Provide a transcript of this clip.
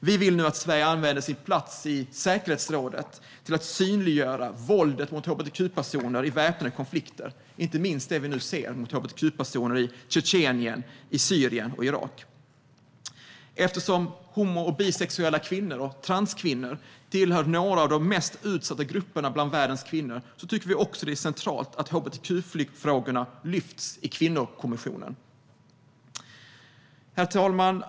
Vi vill nu att Sverige använder sin plats i säkerhetsrådet till att synliggöra våldet mot hbtq-personer i väpnade konflikter, inte minst det vi nu ser drabba hbtq-personer i Tjetjenien, Syrien och Irak. Eftersom homo och bisexuella kvinnor och transkvinnor tillhör de mest utsatta grupperna bland världens kvinnor tycker vi också att det är centralt att hbtq-frågorna lyfts i kvinnokommissionen. Herr talman!